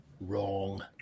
Wrong